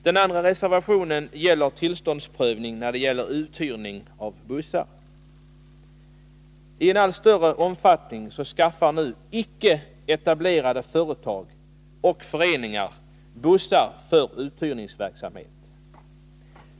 Den andra reservationen avser prövning av tillstånd för uthyrning av bussar. I allt större omfattning skaffar nu icke etablerade företag och föreningar bussar för uthyrningsverksamhet.